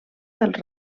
dels